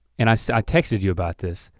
and i so i texted you about this,